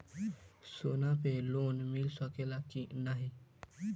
सोना पे लोन मिल सकेला की नाहीं?